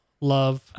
Love